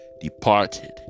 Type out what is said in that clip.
departed